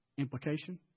Implication